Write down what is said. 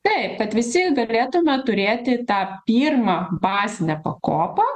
taip kad visi galėtume turėti tą pirmą bazinę pakopą